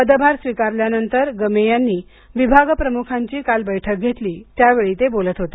पदभार स्वीकारल्यानंतर गमे यांनी विभागप्रमुखांची काल बैठक घेतली त्यावेळी ते बोलत होते